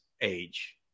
age